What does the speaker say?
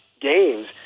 games